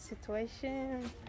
situation